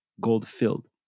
gold-filled